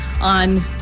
on